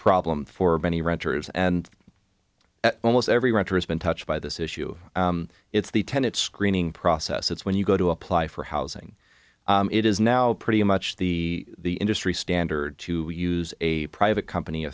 problem for many renters and almost every writer has been touched by this issue it's the tenet screening process it's when you go to apply for housing it is now pretty much the the industry standard to use a private company a